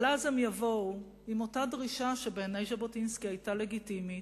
אבל אז הם יבואו עם אותה דרישה שבעיני ז'בוטינסקי היתה לגיטימית,